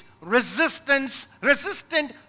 resistance-resistant